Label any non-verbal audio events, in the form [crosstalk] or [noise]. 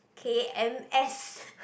K_N_S [breath]